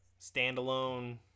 standalone